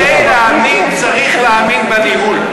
כדי להאמין צריך להאמין בניהול,